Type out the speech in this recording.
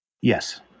Yes